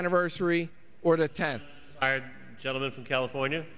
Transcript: anniversary or the time i heard gentleman from california